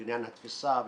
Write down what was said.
התפיסה,